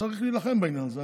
צריך להילחם בעניין הזה,